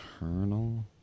Eternal